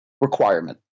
requirement